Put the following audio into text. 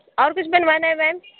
اور کچھ بنوانا ہے میم